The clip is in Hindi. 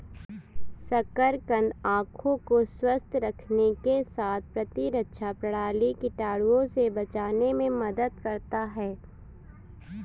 शकरकंद आंखों को स्वस्थ रखने के साथ प्रतिरक्षा प्रणाली, कीटाणुओं से बचाने में मदद करता है